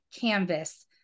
canvas